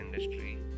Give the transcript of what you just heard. industry